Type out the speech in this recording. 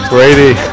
Brady